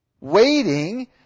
Waiting